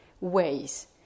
ways